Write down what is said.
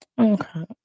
Okay